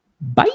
Bye